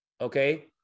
okay